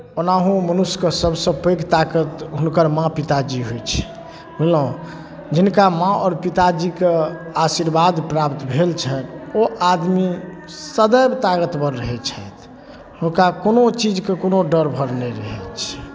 ओनाहू मनुष्यके सभसँ पैघ ताकत हुनकर माँ पिताजी होइ छै बुझलहुँ जिनका माँ आओर पिताजीके आशीर्वाद प्राप्त भेल छनि ओ आदमी सदैव ताकतवर रहै छथि हुनका कोनो चीजके कोनो डर भर नहि रहै छै